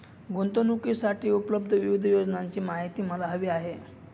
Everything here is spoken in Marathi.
गुंतवणूकीसाठी उपलब्ध विविध योजनांची माहिती मला हवी आहे